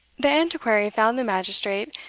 the antiquary found the magistrate,